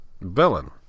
villain